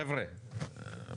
חבר'ה,